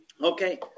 Okay